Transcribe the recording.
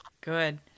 good